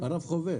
במשפט